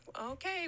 okay